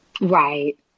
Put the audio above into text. Right